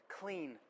Clean